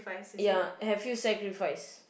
ya have you sacrifice